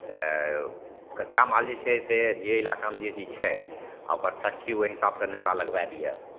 तऽ कच्चा माल जे छै से जे इलाकामे जे चीज छै आओर ओकर फैक्टरी ओहि हिसाबसे नेता लगबै दिए